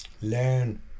learn